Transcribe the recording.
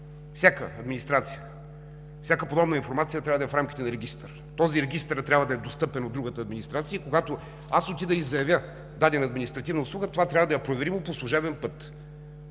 Всяка администрация, всяка подобна информация трябва да е в рамките на регистър. Този регистър трябва да е достъпен от другата администрация и когато аз отида и заявя дадена административна услуга, това трябва да е проверимо по служебен път.